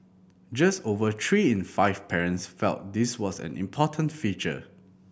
just over three in five parents felt this was an important feature